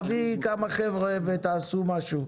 תביא כמה חבר'ה ותעשו משהו.